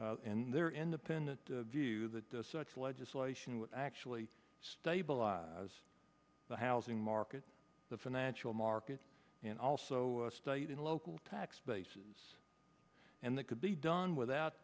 and their independent view that such legislation would actually stabilize the housing market the financial markets and also state and local tax base and that could be done without